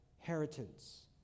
inheritance